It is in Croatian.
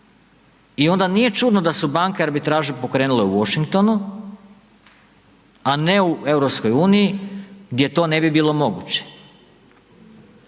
i onda nije čudno da su banke arbitraže pokrenule u Washingtonu, a ne u EU gdje to ne bi bilo moguće.